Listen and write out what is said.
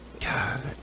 God